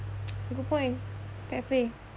good point fair play